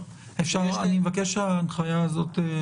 אני מבקש להעביר לנו את ההנחיה הזאת.